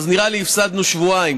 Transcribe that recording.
אז נראה לי שהפסדנו שבועיים,